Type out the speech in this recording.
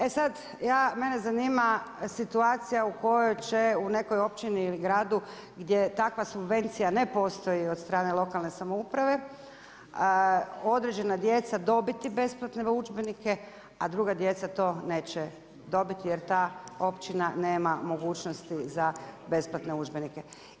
E sad, mene zanima, situacija u kojoj će u nekoj općini ili gradu, gdje je takva subvencija ne postoji od strane lokalne samouprave, određena djeca dobiti besplatne udžbenike, a druga djeca to neće dobiti jer ta općina nema mogućnosti za besplatne udžbenike.